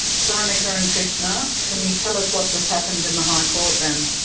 veronica and krishna, can you tell us what just happened in the high court then?